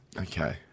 Okay